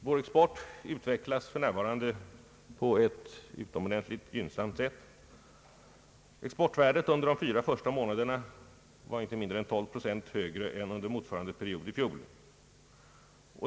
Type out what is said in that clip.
Vår export utvecklas för närvarande på ett utomordentligt gynnsamt sätt. Exportvärdet var under årets fyra första månader inte mindre än 12 procent högre än under motsvarande period i fjol.